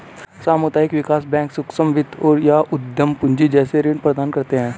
सामुदायिक विकास बैंक सूक्ष्म वित्त या उद्धम पूँजी जैसे ऋण प्रदान करते है